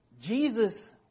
Jesus